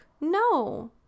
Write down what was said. No